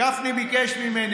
גפני ביקש ממני,